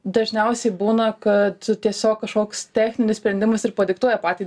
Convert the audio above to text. dažniausiai būna kad tiesiog kažkoks techninis sprendimas ir padiktuoja patį dizainą gaunasi iš kitos pusės